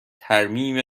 ترمیم